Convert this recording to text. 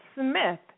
Smith